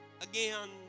again